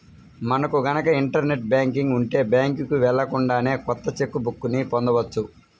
మనకు గనక internet banking ఉంటే బ్యాంకుకి వెళ్ళకుండానే కొత్త చెక్ బుక్ ని పొందవచ్చు